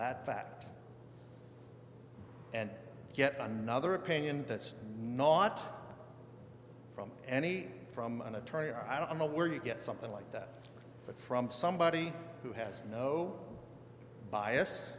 that fact and get another opinion that's not from any from an attorney i don't know where you get something like that but from somebody who has no bias